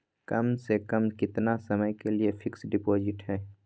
कम से कम कितना समय के लिए फिक्स डिपोजिट है?